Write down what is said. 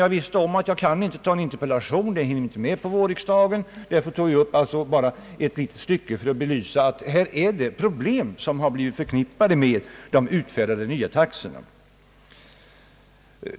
Jag visste att jag inte kunde framställa en interpellation — något svar skulle inte ha hunnits med under vårriksdagen — och därför tog jag bara upp ett litet stycke för att belysa några av de problem som är förknippade med de utfärdade nya taxorna.